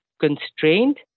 constrained